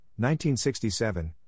1967